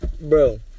Bro